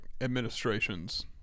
administrations